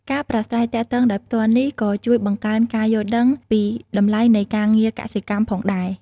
ការប្រាស្រ័យទាក់ទងដោយផ្ទាល់នេះក៏ជួយបង្កើនការយល់ដឹងពីតម្លៃនៃការងារកសិកម្មផងដែរ។